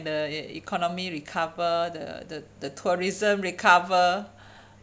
the economy recover the the the tourism recover